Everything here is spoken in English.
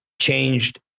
changed